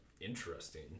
interesting